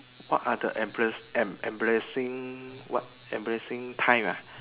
what are the embarass~ em~ embarrassing what embarassing time ah